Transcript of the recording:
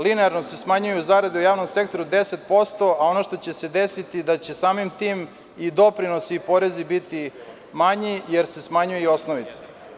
Linearno se smanjuju zarade u javnom sektoru 10%, a ono što će se desiti da će samim tim i doprinosi i porezi biti manji, jer se smanjuje i osnovica.